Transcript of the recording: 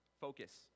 focus